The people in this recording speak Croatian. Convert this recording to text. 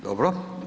Dobro.